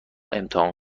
امتحان